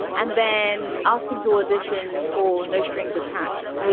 and and then asked him to audition for no strings attached,